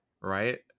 Right